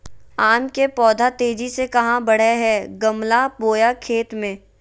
आम के पौधा तेजी से कहा बढ़य हैय गमला बोया खेत मे?